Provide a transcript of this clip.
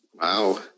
Wow